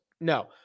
no